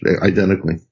identically